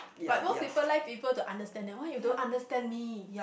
but most people like people to understand them why you don't understand me